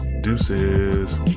Deuces